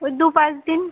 ওই দু পাঁচ দিন